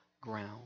ground